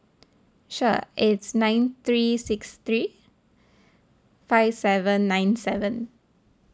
sure it's nine three six three five seven nine seven